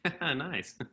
Nice